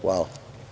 Hvala.